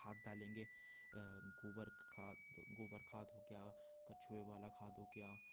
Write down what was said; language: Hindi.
खाद डालेंगे गोबर खाद गोबर खाद हो गया कछुए वाला खाद हो गया